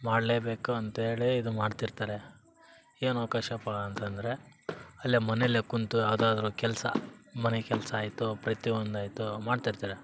ಮಾಡಲೇಬೇಕು ಅಂತೇಳಿ ಇದು ಮಾಡ್ತಿರ್ತಾರೆ ಏನು ಅವಕಾಶಪ್ಪಾ ಅಂತಂದರೆ ಅಲ್ಲೇ ಮನೇಲೇ ಕೂತು ಯಾವುದಾದ್ರೂ ಕೆಲಸ ಮನೆ ಕೆಲಸ ಆಯಿತು ಪ್ರತಿಯೊಂದು ಆಯ್ತು ಮಾಡ್ತಿರ್ತಾರೆ